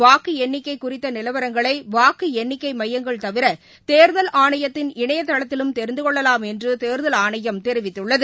வாக்குஎண்ணிக்கைகுறித்தநிலவரங்களைவாக்குஎண்ணிக்கைமையங்கள் தவிர தேர்தல் ஆனையத்தின் இணையதளத்திலும் தெரிந்துகொள்ளலாம் என்றுதேர்தல் ஆணையம் தெரிவித்துள்ளது